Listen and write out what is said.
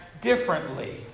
differently